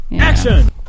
Action